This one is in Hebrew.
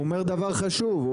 הוא אומר דבר חשוב,